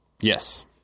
Yes